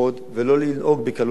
ולא לנהוג בקלות ראש,